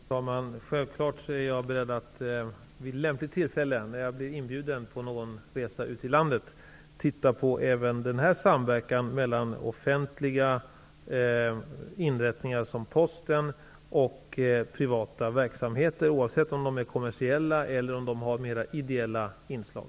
Fru talman! Jag är självfallet beredd att vid lämpligt tillfälle, när jag blir inbjuden på någon resa ut i landet, även titta på samverkan mellan offentliga inrättningar som Posten och privata verksamheter, oavsett om de är kommersiella eller om de har mer ideella inslag.